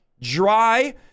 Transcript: dry